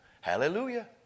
Hallelujah